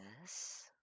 Yes